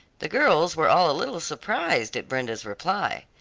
the girls were all a little surprised at brenda's reply.